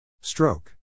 Stroke